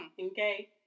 okay